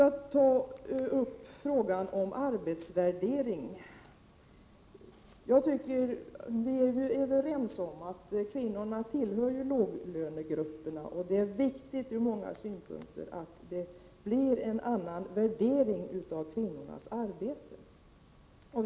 I fråga om arbetsvärdering är vi överens om att kvinnorna tillhör låglönegrupperna. Det är från många synpunkter viktigt att värderingen av kvinnornas arbete förändras.